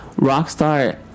rockstar